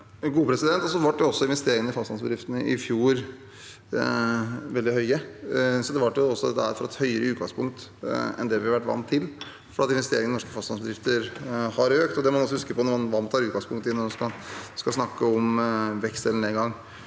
Vedum Nå ble jo investeringene i fastlandsbedriftene i fjor veldig høye, så det er fra et høyere utgangspunkt enn det vi har vært vant til fordi investeringene i norske fastlandsbedrifter har økt. Det må man også huske på når man tar utgangspunkt i noe og skal snakke om vekst eller nedgang.